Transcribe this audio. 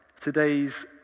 today's